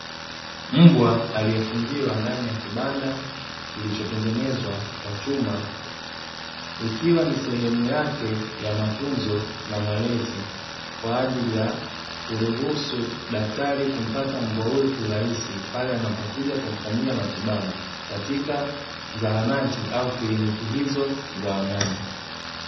Mbwa aliyefungiwa ndani ya kibanda kilichotengenezwa kwa chuma, ikiwa ni sehemu yake ya matunzo na malezi kwa ajili ya kuruhusu daktari kumpata mbwa huyo kiurahisi pale anapokuja kumfanyia matibabu katika zahanati au kiliniki hizo za wanyama.